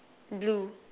blue